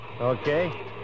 Okay